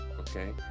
okay